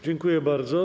Dziękuję bardzo.